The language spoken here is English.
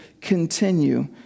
continue